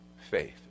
faith